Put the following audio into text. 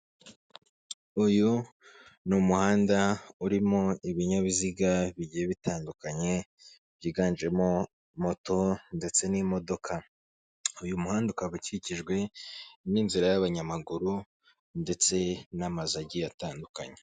Uyu ni umuhanda urimo ibinyabiziga bigiye bitandukanye byiganjemo moto ndetse n'imodoka uyu muhanda ukaba ukikijwe n'inzira y'abanyamaguru ndetse n'amazu agiye atandukanye.